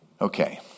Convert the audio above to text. Okay